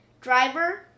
Driver